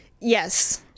Yes